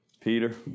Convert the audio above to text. Peter